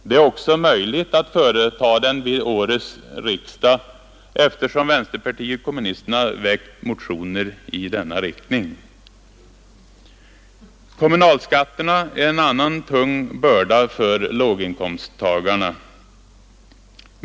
Den är också möjlig att företa vid årets riksdag, eftersom vänsterpartiet kommunisterna väckt motioner i denna riktning. Kommunalskatterna är en annan tung börda för låginkomsttagarna.